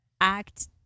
act